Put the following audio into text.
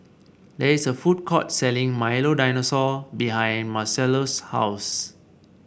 there is a food court selling Milo Dinosaur behind Marcellus' house